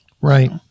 Right